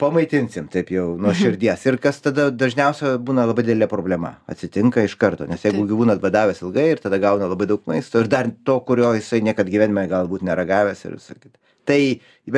pamaitinsim taip jau nuo širdies ir kas tada dažniausia būna labai didelė problema atsitinka iš karto nes jeigu gyvūnas badavęs ilgai ir tada gauna labai daug maisto ir dar to kurio jisai niekad gyvenime galbūt neragavęs ir visa kita tai